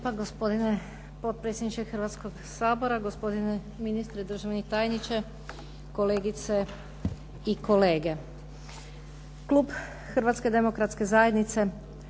Hrvatske demokratske zajednice